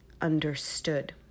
understood